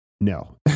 no